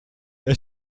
wir